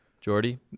Jordy